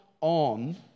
on